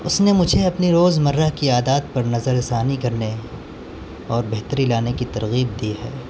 اس نے مجھے اپنی روزمرہ کی عادات پر نظر ثانی کرنے اور بہتری لانے کی ترغیب دی ہے